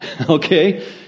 okay